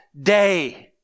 day